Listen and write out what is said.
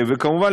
כמובן,